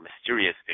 mysterious